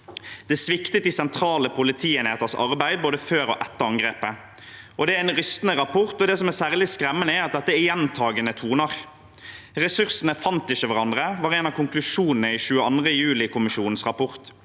Det sviktet i sentrale politienheters arbeid både før og etter angrepet. Det er en rystende rapport, og det som er særlig skremmende, er at dette er gjentagende toner. At ressursene ikke fant hverandre, var en av konklusjonene i 22. juli-kommisjonens rapport.